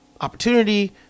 opportunity